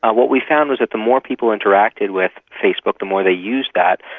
ah what we found was that the more people interacted with facebook, the more they used that,